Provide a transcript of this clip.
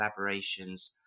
collaborations